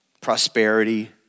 Prosperity